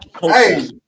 Hey